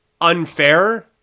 unfair